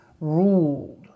ruled